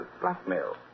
blackmail